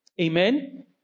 Amen